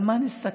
על מה נסתכל?